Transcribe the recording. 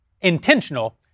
intentional